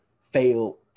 fail